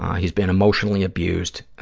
he's been emotionally abused.